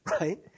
right